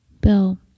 Bill